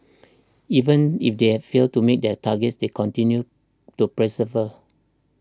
even if they failed to meet their targets they continue to persevere